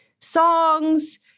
Songs